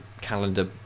Calendar